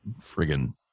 friggin